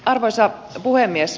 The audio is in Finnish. arvoisa puhemies